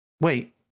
Wait